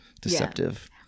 deceptive